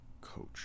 Coach